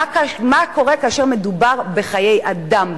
מה קורה כאשר מדובר בחיי אדם,